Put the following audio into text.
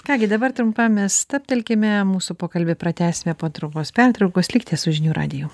ką gi dabar trumpam mes stabtelkime mūsų pokalbį pratęsime po trumpos pertraukos likite su žinių radiju